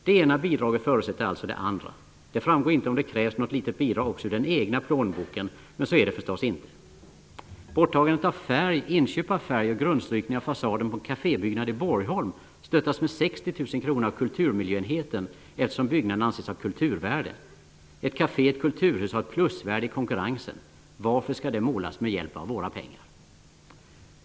Det ena bidraget förutsätter alltså det andra. Det framgår inte om det krävs något litet bidrag också ur den egna plånboken -- men så är det förstås inte. Borgholm stöttas med 60 000 kr av kulturmiljöenheten eftersom byggnaden anses ha kulturvärde. Ett kafé i ett kulturhus har ett plusvärde i konkurrensen. Varför skall fasaden målas med hjälp av våra pengar?